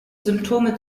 symptome